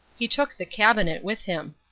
he took the cabinet with him.